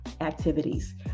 activities